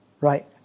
right